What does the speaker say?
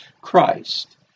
Christ